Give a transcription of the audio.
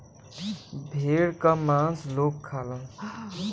भेड़ क मांस लोग खालन